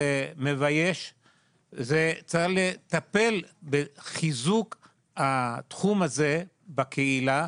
זה מבייש וצריך לטפל בחיזוק התחום הזה בקהילה.